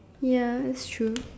ya it's true